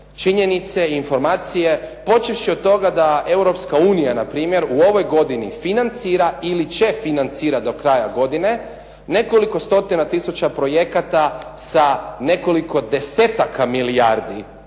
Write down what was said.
činjenice i informacije počevši od toga da Europska unija npr. u ovoj godini financira ili će financirati do kraja godine nekoliko stotina tisuća projekata sa nekoliko desetaka milijardi eura.